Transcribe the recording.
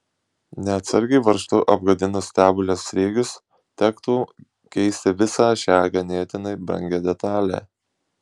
neatsargiai varžtu apgadinus stebulės sriegius tektų keisti visą šią ganėtinai brangią detalę